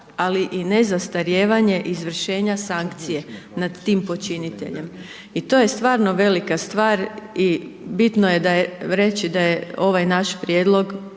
ali i nezastarijevanje izvršenja sankcije nad tim počiniteljem. I to je stvarno velika stvar i bitno je reći da je ovaj naš prijedlog